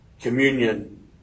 communion